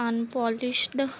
unpolished